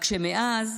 רק שמאז,